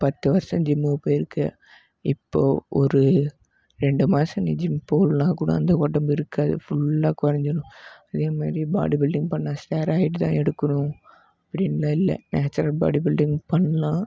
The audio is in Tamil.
பத்து வருடம் ஜிம்முக்கு போயிருக்கே இப்போது ஒரு ரெண்டு மாதம் நீ ஜிம் போகலனால்கூட அந்த உடம்பு இருக்காது ஃபுல்லாக குறைஞ்சிரும் அதேமாதிரி பாடி பில்டிங் பண்ண ஸ்டராய்டுலாம் எடுக்குறோம் அப்படின்லாம் இல்லை நேச்சுரல் பாடி பில்டிங் பண்ணலாம்